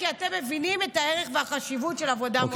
כי אתם מבינים את הערך והחשיבות של עבודה מועדפת.